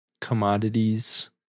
commodities